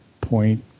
point